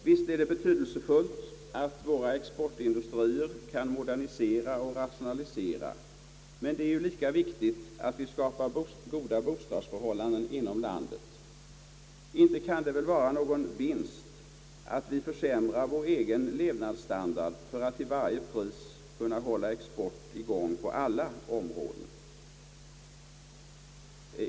Visst är det betydelsefullt att våra exportindustrier kan modernisera och rationalisera, men det är ju lika viktigt att vi skapar goda bostadsförhållanden inom landet. Inte kan det väl vara någon vinst med att vi försämrar vår egen levnadsstandard för att till varje pris kunna hålla exporten i gång på alla områden.